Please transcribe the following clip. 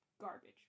garbage